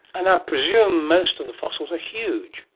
and i presume most of the fossils are huge.